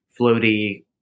floaty